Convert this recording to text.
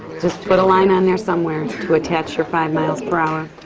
just put a line on there somewhere to to attach your five miles per hour.